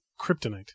kryptonite